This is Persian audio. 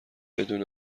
بدون